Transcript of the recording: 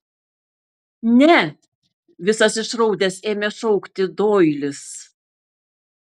ne visas išraudęs ėmė šaukti doilis